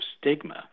stigma